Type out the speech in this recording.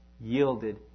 yielded